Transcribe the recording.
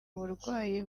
uburwayi